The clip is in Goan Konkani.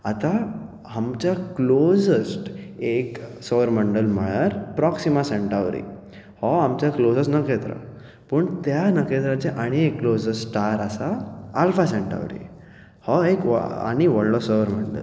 आतां आमच्या क्लोसस्ट एक सौर मंडल म्हळ्यार प्रोक्सिमा सेंटॉरी हो आमचो क्लोसस्ट नखेत्र पूण त्या नखेत्राचे आनी एक क्लोजस्ट स्टार आसा आल्फा सेंटॉरी हो एक व्हो आनी व्हडलो सौर मंडल